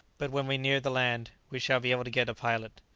but when we near the land we shall be able to get a pilot.